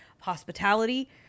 hospitality